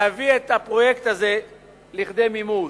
להביא את הפרויקט הזה לכדי מימוש.